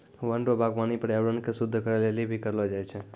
वन रो वागबानी पर्यावरण के शुद्ध करै लेली भी करलो जाय छै